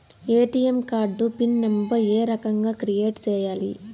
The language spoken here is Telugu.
ఎ.టి.ఎం కార్డు పిన్ నెంబర్ ఏ రకంగా క్రియేట్ సేయాలి